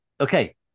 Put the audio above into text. okay